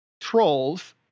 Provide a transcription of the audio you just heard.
Trolls